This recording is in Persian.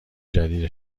جدید